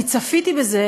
אני צפיתי בזה,